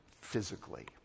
physically